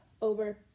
over